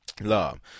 love